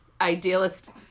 idealist